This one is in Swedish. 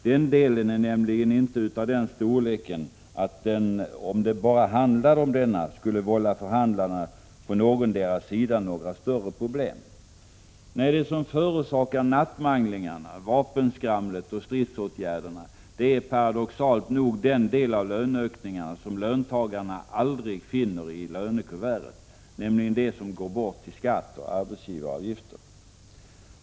Den delen är nämligen inte av den storleken att den — om det bara handlade om denna — skulle vålla förhandlarna på någondera sidan några större problem. Nej, det som förorsakar nattmanglingarna, vapenskramlet och stridsåtgärderna är paradoxalt nog den del av löneökningen som löntagarna aldrig finner i kuvertet — nämligen det som går bort till skatt och arbetsgivaravgifter.